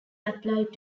applied